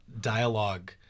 dialogue